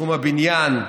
בתחום הבניין,